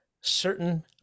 Certain